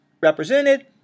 represented